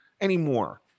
anymore